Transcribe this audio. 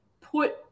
put